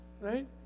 Right